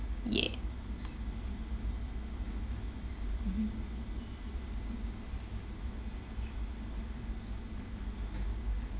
yeah mmhmm